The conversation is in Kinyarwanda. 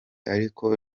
ariko